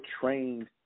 trained